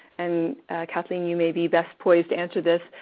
and kathleen, you may be best poised to answer this.